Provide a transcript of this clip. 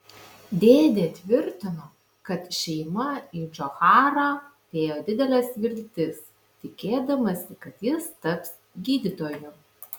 dėdė tvirtino kad šeima į džocharą dėjo dideles viltis tikėdamasi kad jis taps gydytoju